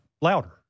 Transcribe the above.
louder